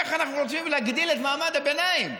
איך אנחנו רוצים להגדיל את מעמד הביניים?